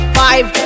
five